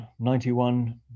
91